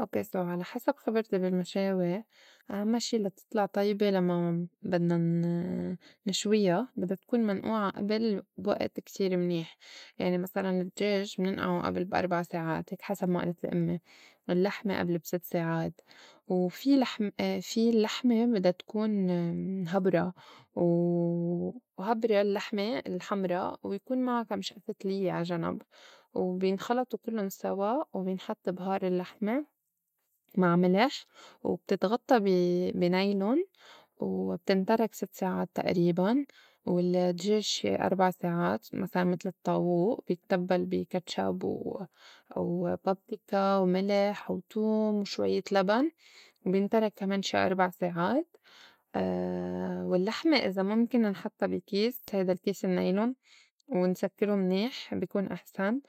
ok so على حسب خبرتي بالمشاوي أهمّ شي لتطلع طيبة لمّا بدنا ن- نشويا بدّا تكون منئوعة أبل بوئت كتير منيح، يعني مسلاً الدجاج مننأعو أبل بي أربع ساعات هيك حسب ما آلتلي أمّي، اللّحمة أبل بست ساعات، وفي لحم في اللّحمة بدّا تكون هبرة و هبرة اللّحمة الحمرا ويكون معا كم شئفة ليّة عجنب وبينخلطو كلُّن سوا وبينحط بهار اللّحمة مع ملح وبتتغطّى بي- بي نايلون وبتنترك ست ساعات تئريباً، والدجاج شي أربع ساعات مسلاً متل الطاووء بيتبّل بي كاتشاب و أو بابربيكا وملح وتوم وشويّة لبن بينترك كمان شي أربع ساعات، واللّحمة إذا مُمكن نحطّا بكيس هيدا الكيس النّايلون ونسكّرو منيح بيكون أحسن،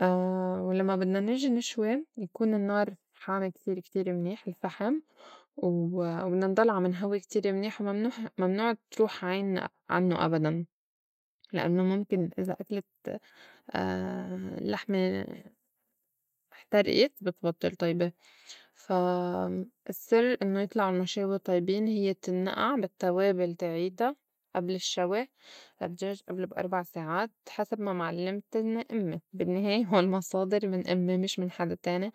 ولمّا بدنا نيجي نشوي نكون النّار حامي كتير كتير منيح الفحم و وبدنا نضل نهوّي كتير منيح وممنوح وممنوع تروح عينّا عنّو أبداً لأنّو مُمكن إذا أكلت لحمة إحترئت بتبطّل طيبة، فا السّر إنّو يطلعو المشاوي طيبين هي تنّئع بالتّوابل تاعيتا أبل الشّوي، الدجاج أبل بأربع ساعات حسب معلمتني أمّي بالنّهاية هول مصادر أمّي مش من حدا تاني.